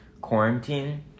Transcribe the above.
quarantine